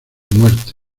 muerte